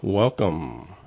Welcome